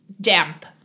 damp